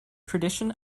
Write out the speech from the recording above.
tradition